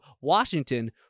Washington